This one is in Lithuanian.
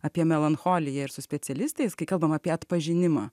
apie melancholiją ir su specialistais kai kalbam apie atpažinimą